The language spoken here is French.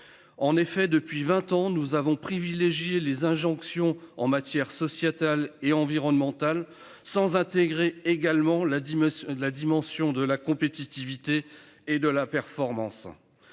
En effet depuis 20 ans nous avons privilégié les injonctions en matière sociétale et environnementale sans intégrer également la dit la dimension de la compétitivité et de la performance.